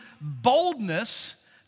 boldness